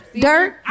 dirt